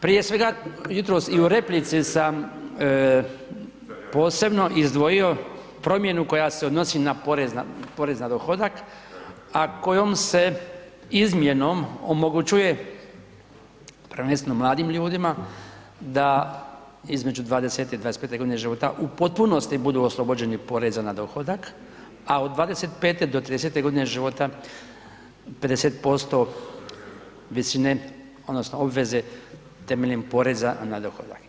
Prije svega jutros i u replici sam posebno izdvojio promjenu koja se odnosi na porez na dohodak, a kojom se izmjenom omogućuje prvenstveno mladim ljudima da između 20. i 25. godine života u potpunosti budu oslobođeni poreza na dohodak, a od 25. do 30. godine života 50% visine odnosno obveze temeljem poreza na dohodak.